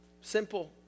Simple